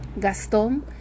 Gaston